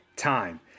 time